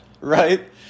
right